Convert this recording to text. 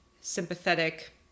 sympathetic